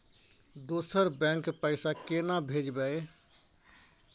दोसर बैंक पैसा केना भेजबै?